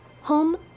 Home